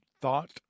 thought